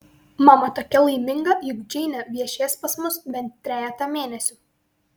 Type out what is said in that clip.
mama tokia laiminga juk džeinė viešės pas mus bent trejetą mėnesių